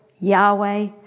Yahweh